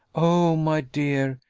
oh, my dear,